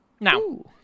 Now